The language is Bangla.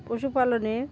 পশুপালনে